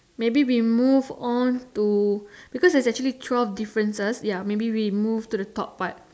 maybe we move on to because there's actually twelve differences ya maybe we move to the top part